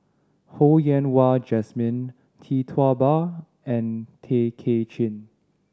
Ho Yen Wah Jesmine Tee Tua Ba and Tay Kay Chin